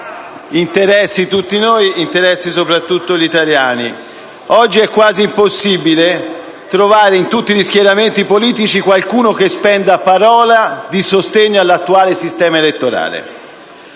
interessi tutti noi e interessi soprattutto gli italiani. Oggi è quasi impossibile trovare in tutti gli schieramenti politici qualcuno che spenda parole di sostegno all'attuale sistema elettorale.